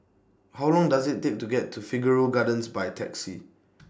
How Long Does IT Take to get to Figaro Gardens By Taxi